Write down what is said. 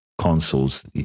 consoles